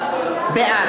בעד